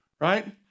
right